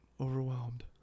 overwhelmed